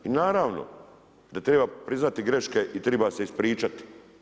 I naravno, da treba priznati greške i treba se ispričati.